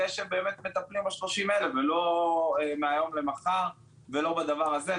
אני חושב שבאמת אחרי שמטפלים ב-30 האלה ולא מהיום למחר ולא בדבר הזה,